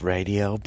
Radio